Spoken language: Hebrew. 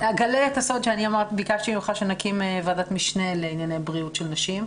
אגלה את הסוד שביקשתי ממך שנקים ועדת משנה לענייני בריאות של נשים,